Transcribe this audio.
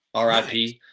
RIP